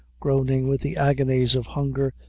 groaning with the agonies of hunger,